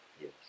Yes